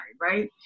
right